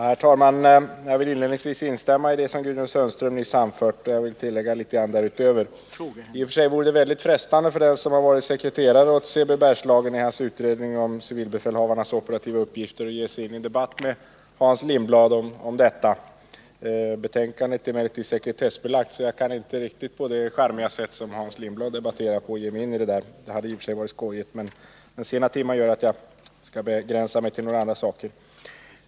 Herr talman! Jag vill inledningsvis instämma i det som Gudrun Sundström nyss anfört. Jag vill utöver detta framföra några ytterligare synpunkter. I och för sig kunde det också vara mycket frestande för den som varit sekreterare åt civilbefälhavaren i Bergslagen i dennes utredning om operativa uppgifter, att ta upp en debatt med Hans Lindblad om denna utredning. Dess betänkande är emellertid sekretessbelagt, och jag kan därför inte gå in i en debatt om det med Hans Lindblad, som på ett charmigt sätt behandlade denna fråga. Med hänsyn till att timmen är sen skall jag begränsa mig till att ta upp några andra frågor.